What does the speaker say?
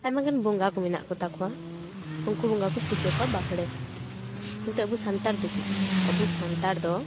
ᱟᱭᱢᱟᱜᱟᱱ ᱵᱚᱸᱜᱟ ᱠᱚ ᱢᱮᱱᱟᱜ ᱠᱟᱛᱟ ᱠᱚᱣᱟ ᱩᱱᱠᱩ ᱵᱚᱸᱜᱟ ᱠᱚ ᱯᱩᱡᱟᱹ ᱠᱚᱣᱟ ᱵᱟᱢᱵᱲᱮ ᱥᱟᱶᱛᱮ ᱠᱤᱱᱛᱩ ᱟᱵᱚ ᱥᱟᱱᱛᱟᱲ ᱫᱚ ᱪᱮᱫ ᱟᱵᱚ ᱥᱟᱱᱛᱟᱲ ᱫᱚ